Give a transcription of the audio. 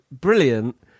brilliant